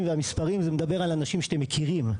והמספרים זה מדבר על אנשים שאתם מכירים.